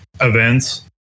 events